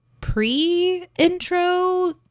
pre-intro